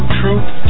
truth